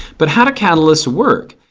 but how do catalysts work?